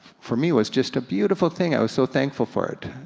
for me, was just a beautiful thing, i was so thankful for it.